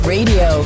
Radio